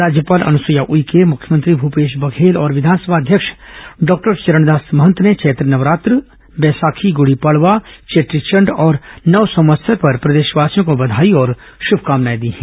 राज्यपाल अनुसुईया उइके मुख्यमंत्री भूपेश बघेल और विघानसभा अध्यक्ष डॉक्टर चरणदास महंत ने चैत्र नवरात्र बैसाखी गुड़ी पड़वा चेट्रीचंड और नव संवत्सर पर प्रदेशवासियों को बधाई और शुभकामनाएं दी हैं